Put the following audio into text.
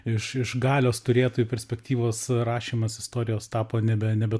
iš iš galios turėtojų perspektyvos rašymas istorijos tapo nebe nebe